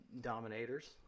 Dominators